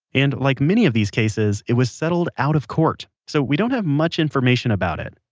and like many of these cases, it was settled out of court, so we don't have much information about it.